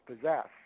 possess